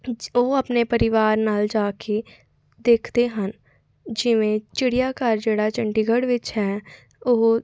ਉਹ ਆਪਣੇ ਪਰਿਵਾਰ ਨਾਲ ਜਾ ਕੇ ਦੇਖਦੇ ਹਨ ਜਿਵੇਂ ਚਿੜੀਆ ਘਰ ਜਿਹੜਾ ਚੰਡੀਗੜ੍ਹ ਵਿੱਚ ਹੈ ਉਹ